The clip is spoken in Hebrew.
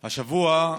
השבוע,